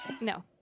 No